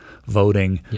voting